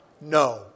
No